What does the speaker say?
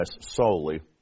solely